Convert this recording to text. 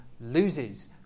loses